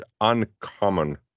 uncommon